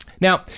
now